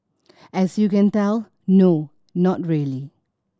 as you can tell no not really